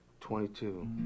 twenty-two